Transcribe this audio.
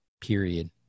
Period